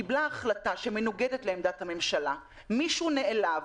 היא קיבלה החלטה המנוגדת לעמדת הממשלה ומישהו נעלב,